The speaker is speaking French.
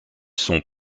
sont